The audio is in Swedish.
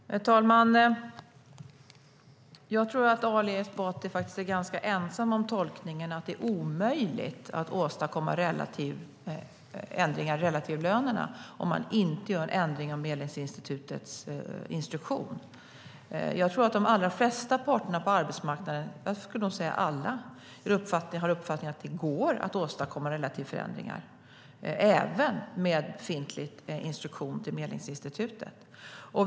Herr talman! Jag tror att Ali Esbati är ganska ensam om tolkningen att det är omöjligt att åstadkomma ändringar av relativlönerna om man inte ändrar Medlingsinstitutets instruktion. Jag tror att de allra flesta parterna på arbetsmarknaden - jag skulle nog säga alla - har uppfattningen att det går att åstadkomma relativförändringar, även med befintlig instruktion till Medlingsinstitutet.